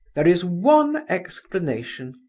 there is one explanation,